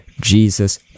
Jesus